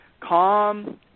calm